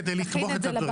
כדי לתמוך את הדברים.